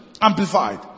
amplified